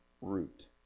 root